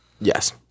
Yes